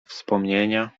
wspomnienia